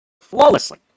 flawlessly